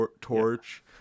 Torch